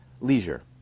leisure